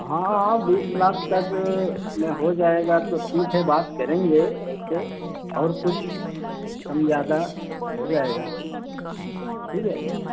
हाँ हाँ हाँ बीस लाख तक में हो जाएगा तो ठीक है बात करेंगे ऐसे और कुछ कम ज़्यादा हो जाएगा ठीक है